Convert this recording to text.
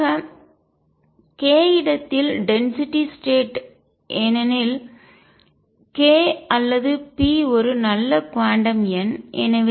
இறுதியாக k இடத்தில் density அடர்த்தி ஸ்டேட் நிலை ஏனெனில் k அல்லது p ஒரு நல்ல குவாண்டம் எண்